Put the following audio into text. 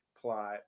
plot